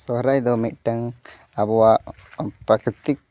ᱥᱚᱦᱨᱟᱭ ᱫᱚ ᱢᱤᱜᱴᱟᱹᱝ ᱟᱵᱚᱣᱟᱜ ᱯᱨᱟᱠᱨᱤᱛᱤᱠ